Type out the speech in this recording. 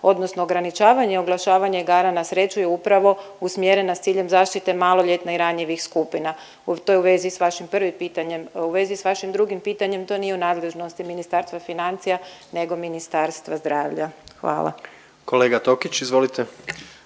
odnosno ograničavanje oglašavanja igara na sreću je upravo usmjerena s ciljem zaštite maloljetne i ranjivih skupina. To je u vezi s vašim prvim pitanjem. U vezi s vašim drugim pitanjem, to nije u nadležnosti Ministarstva financija nego u Ministarstva zdravlja. Hvala. **Jandroković, Gordan